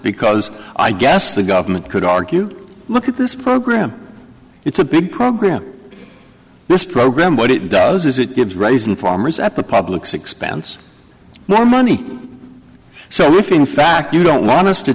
because i guess the government could argue look at this program it's a big program this program what it does is it gives raising farmers at the public's expense more money so if in fact you don't want us to